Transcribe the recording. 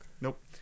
Nope